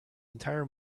entire